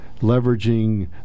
leveraging